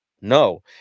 No